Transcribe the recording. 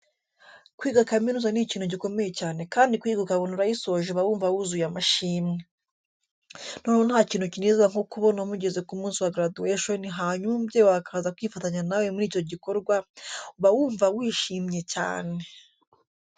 Kwiga kaminuza ni ikintu gikomeye cyane kandi kuyiga ukabona urayisoje uba wumva wuzuye amashimwe. Noneho nta kintu kinezeza nko kubona mugeze ku munsi wa graduation hanyuma umubyeyi wawe akaza kwifatanya nawe muri icyo gikorwa, uba wumva wishimye cyane.